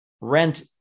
rent